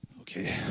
Okay